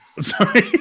Sorry